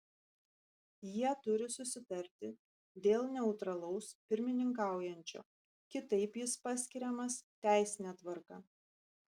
jie turi susitarti dėl neutralaus pirmininkaujančio kitaip jis paskiriamas teisine tvarka